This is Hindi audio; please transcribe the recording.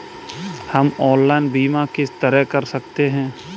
हम ऑनलाइन बीमा किस तरह कर सकते हैं?